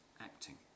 acting